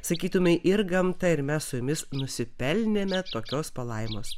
sakytumei ir gamta ir mes su jumis nusipelnėme tokios palaimos